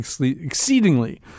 exceedingly